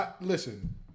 Listen